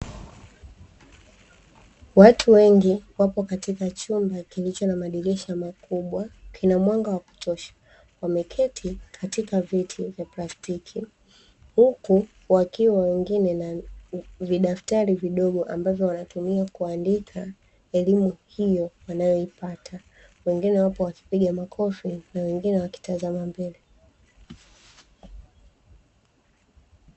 Watu wengi wapo katika chumba kilicho na madirisha makubwa kina mwanga wa kutosha, wameketi katika viti vya plastiki, huku wakiwa wengine na vidaftari vidogo ambavyo wanatumia kuandika elimu hiyo wanayoipata wengine wapo wakipiga makofi na wengine wakitazama mbele.